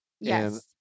Yes